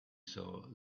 saw